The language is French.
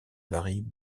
varient